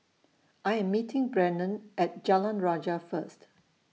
I Am meeting Brennon At Jalan Rajah First